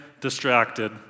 distracted